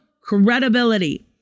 credibility